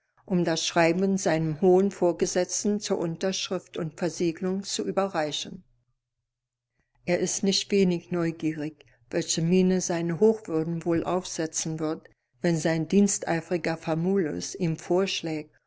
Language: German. um das schreiben seinem hohen vorgesetzten zur unterschrift und versiegelung zu überreichen er ist nicht wenig neugierig welche miene seine hochwürden wohl aufsetzen wird wenn sein diensteifriger famulus ihm vorschlägt